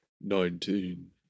Nineteen